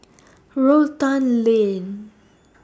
Rotan Lane